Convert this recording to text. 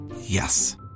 Yes